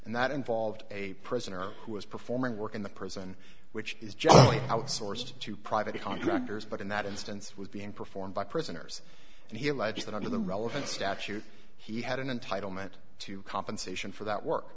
and that involved a prisoner who was performing work in the prison which is generally outsourced to private contractors but in that instance was being performed by prisoners and he alleges that under the relevant statute he had an entitlement to compensation for that work